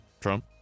Trump